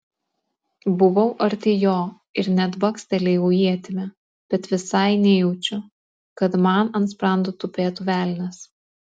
buvau arti jo ir net bakstelėjau ietimi bet visai nejaučiu kad man ant sprando tupėtų velnias